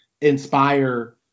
inspire